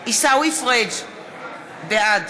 עיסאווי פריג' בעד